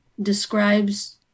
describes